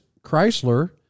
Chrysler